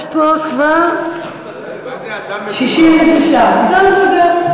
יש פה כבר 66. אדם בוגר.